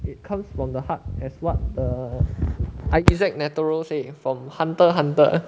it comes from the heart as what the isaac netero say from hunter hunter